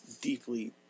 deeply